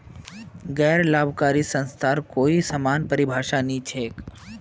गैर लाभकारी संस्थार कोई समान परिभाषा नी छेक